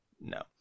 no